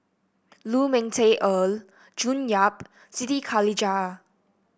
Lu Ming Teh Earl June Yap Siti Khalijah